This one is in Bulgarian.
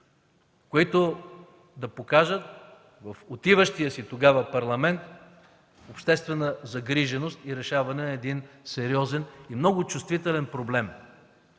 които да покажат в отиващия си тогава Парламент обществена загриженост и решаване на един сериозен, много чувствителен проблем.